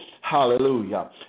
Hallelujah